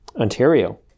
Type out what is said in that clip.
Ontario